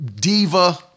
diva